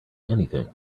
anything